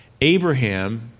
Abraham